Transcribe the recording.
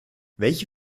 welche